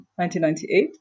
1998